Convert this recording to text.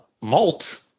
malt